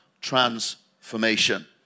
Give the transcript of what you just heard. transformation